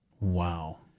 Wow